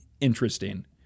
interesting